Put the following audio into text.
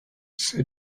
sir